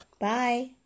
Bye